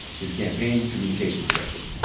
his campaign communications director.